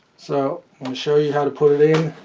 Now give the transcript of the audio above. so i'll show you how to put it in,